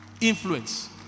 Influence